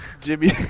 Jimmy